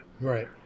Right